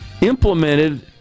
implemented